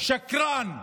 שקרן.